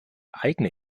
eigene